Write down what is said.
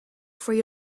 free